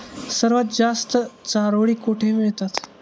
सर्वात जास्त चारोळी कुठे मिळतात?